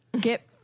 Get